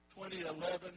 2011